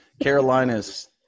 Carolina's